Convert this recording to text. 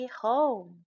home